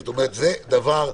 זה דבר,